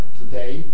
today